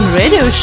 radio